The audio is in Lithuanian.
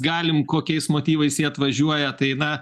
galim kokiais motyvais jie atvažiuoja tai na